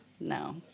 No